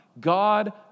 God